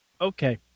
Okay